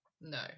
No